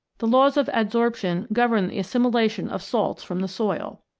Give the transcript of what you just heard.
the laws of adsorption govern the assimi lation of salts from the soil.